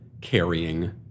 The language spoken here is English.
carrying